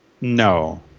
no